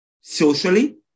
socially